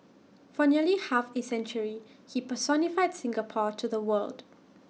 for nearly half A century he personified Singapore to the world